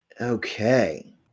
Okay